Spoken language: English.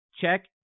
Check